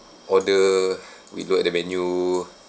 order we look at the menu